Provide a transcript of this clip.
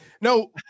no